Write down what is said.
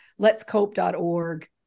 letscope.org